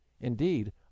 Indeed